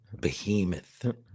Behemoth